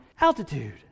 Altitude